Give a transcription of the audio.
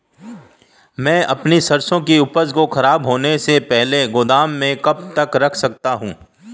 मैं अपनी सरसों की उपज को खराब होने से पहले गोदाम में कब तक रख सकता हूँ?